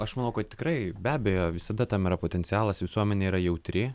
aš manau tikrai be abejo visada tam yra potencialas visuomenė yra jautri